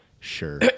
Sure